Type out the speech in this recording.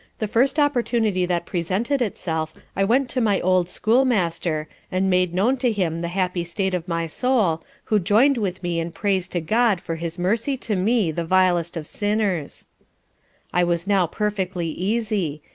the first opportunity that presented itself, i went to my old school-master, and made known to him the happy state of my soul who joined with me in praise to god for his mercy to me the vilest of sinners i was now perfectly easy,